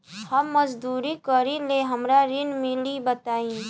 हम मजदूरी करीले हमरा ऋण मिली बताई?